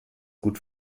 gut